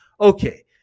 Okay